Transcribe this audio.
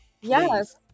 Yes